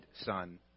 Son